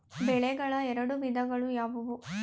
ಬೆಳೆಗಳ ಎರಡು ವಿಧಗಳು ಯಾವುವು?